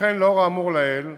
לכן, לאור האמור לעיל,